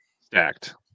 stacked